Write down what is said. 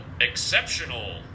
exceptional